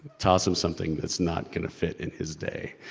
toss him something that's not gonna fit in his day.